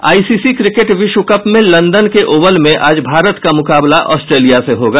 ICC cricket विश्व cup में London के ओवल में आज भारत का मुकाबला ऑस्ट्रेलिया से होगा